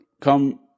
come